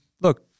look